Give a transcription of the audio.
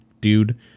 dude